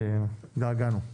התגעגענו.